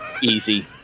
Easy